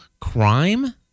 crime